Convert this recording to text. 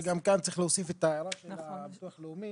מחולק בשעות העבודה השנתיות בפועל לעובד במשרה